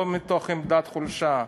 לא מתוך עמדת חולשה.